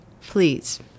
please